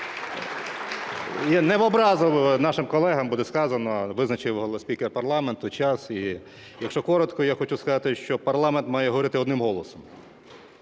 Не в образу нашим колегам буде сказано, визначив спікер парламенту час. І якщо коротко, я хочу сказати, що парламент має говорити одним голосом,